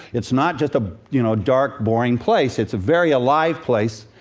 it's not just a you know dark, boring place. it's a very alive place.